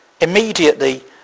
Immediately